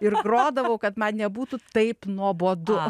ir grodavau kad man nebūtų taip nuobodu